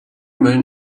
men